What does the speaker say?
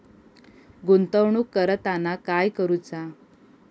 गुंतवणूक करताना काय करुचा?